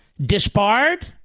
disbarred